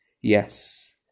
Yes